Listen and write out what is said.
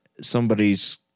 somebody's